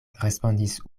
respondis